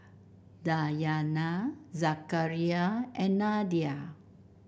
Dayana Zakaria and Nadia